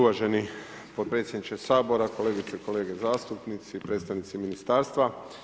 Uvaženi potpredsjedniče Sabora, kolegice i kolege zastupnici, predstavnici ministarstva.